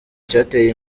cyateye